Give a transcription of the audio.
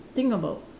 think about